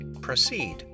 proceed